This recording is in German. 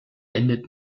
endet